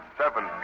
seven